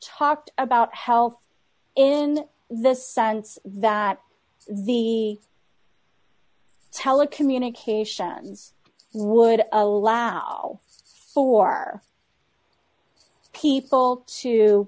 talked about health in the sense that the telecommunications would allow for people